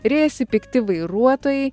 riejasi pikti vairuotojai